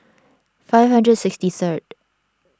five hundred sixty third